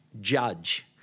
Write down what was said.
judge